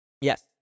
Yes